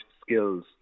skills